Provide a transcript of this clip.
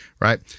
Right